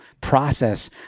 process